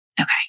Okay